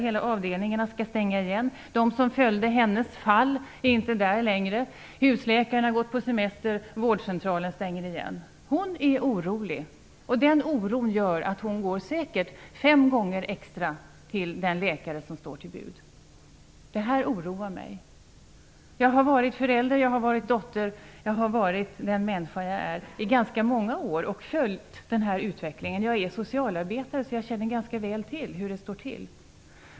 Hela avdelningar skall stänga. De som följde hennes fall är inte där längre. Husläkaren har gått på semester, vårdcentralen stänger. Hon är orolig, och den oron gör att hon säkert går fem gånger extra till den läkare som står till buds. Detta oroar mig. Jag har varit förälder, jag har varit dotter, jag har varit den människa jag är i ganska många år och följt den här utvecklingen. Jag är socialarbetare så jag känner ganska väl till hur det är.